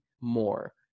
more